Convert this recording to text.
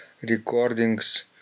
recordings